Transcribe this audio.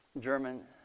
German